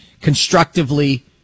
constructively